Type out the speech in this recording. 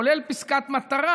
כולל פסקת מטרה,